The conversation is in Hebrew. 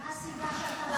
ומה הסיבה שאתה בכנסת?